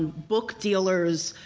book dealers,